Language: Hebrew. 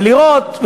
ולראות,